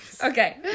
Okay